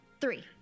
Three